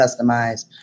customize